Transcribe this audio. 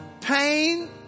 pain